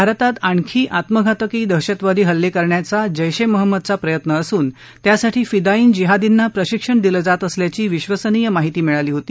भारतात आणखी आत्मघातकी दहशतवादी हल्ले करण्याचा जैश ए महम्मदचा प्रयत्न असून त्यासाठी फिदाईन जिहार्दींना प्रशिक्षण दिलं जात असल्याची विधसनीय माहिती मिळाली होती